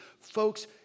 folks